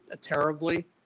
terribly